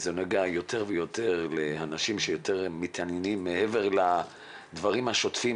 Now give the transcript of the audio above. זה נוגע יותר ויותר לאנשים שיותר מתעניינים מעבר לדברים השוטפים